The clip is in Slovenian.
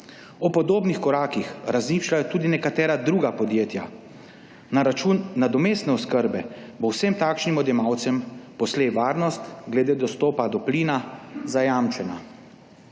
O podobnih korakih razmišljajo tudi nekatera druga podjetja. Na račun nadomestne oskrbe bo vsem takšnim odjemalcem poslej varnost glede dostopa do plina zajamčena.